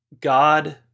God